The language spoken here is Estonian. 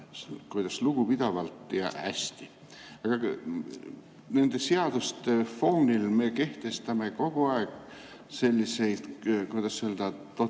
lugupidavalt ja hästi. Nende seaduste foonil me kehtestame kogu aeg selliseid, kuidas öelda,